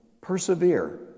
Persevere